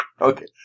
Okay